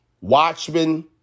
Watchmen